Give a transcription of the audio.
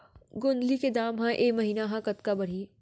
गोंदली के दाम ह ऐ महीना ह कतका बढ़ही?